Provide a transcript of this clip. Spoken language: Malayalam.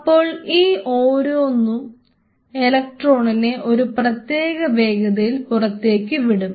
അപ്പോൾ ഈ ഓരോന്നും ഇലക്ട്രോണിനെ ഒരു പ്രത്യേക വേഗതയിൽ പുറത്തേയ്ക്ക് വിടും